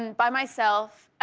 and by myself.